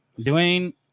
Dwayne